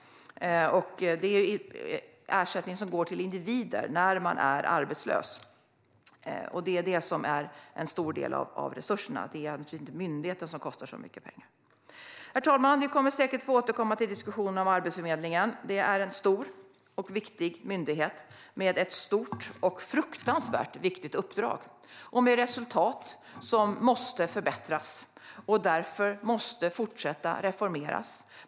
Det är ersättning som går till individer som är arbetslösa. Det är en stor del av resurserna. Det är alltså inte myndigheten som kostar så mycket pengar. Herr talman! Vi kommer säkert att få återkomma till diskussionen om Arbetsförmedlingen. Det är en stor och viktig myndighet med ett stort och fruktansvärt viktigt uppdrag och vars resultat måste förbättras. Därför måste den fortsätta reformeras.